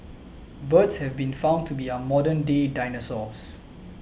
birds have been found to be our modern day dinosaurs